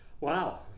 Wow